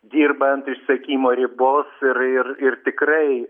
dirba ant išsekimo ribos ir ir ir tikrai